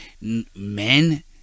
Men